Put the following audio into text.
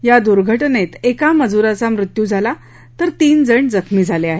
या दुर्घटनेत एका मजुराचा मृत्यू झाला तर तीन जण जखमी झाले आहेत